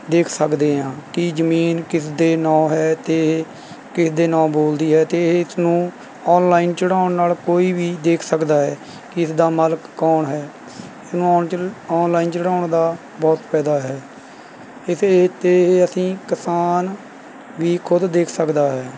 ਦੇਖ ਸਕਦੇ ਹਾਂ ਕਿ ਜ਼ਮੀਨ ਕਿਸ ਦੇ ਨਾਂ ਹੈ ਅਤੇ ਇਹ ਕਿਸ ਦੇ ਨਾਂ ਬੋਲਦੀ ਹੈ ਅਤੇ ਇਸ ਨੂੰ ਔਨਲਾਈਨ ਚੜ੍ਹਾਉਣ ਨਾਲ਼ ਕੋਈ ਵੀ ਦੇਖ ਸਕਦਾ ਹੈ ਕਿ ਇਸ ਦਾ ਮਾਲਕ ਕੌਣ ਹੈ ਇਹਨੂੰ ਔਨ ਚੜ ਔਨਲਾਈਨ ਚੜ੍ਹਾਉਣ ਦਾ ਬਹੁਤ ਫਾਇਦਾ ਹੈ ਇਸੇ 'ਤੇ ਅਸੀਂ ਕਿਸਾਨ ਵੀ ਖੁਦ ਦੇਖ ਸਕਦਾ ਹੈ